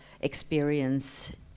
experience